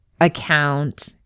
account